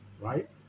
Right